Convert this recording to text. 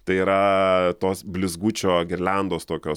tai yra tos blizgučio girliandos tokios